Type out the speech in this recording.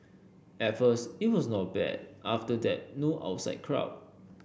at first it was not bad after that no outside crowd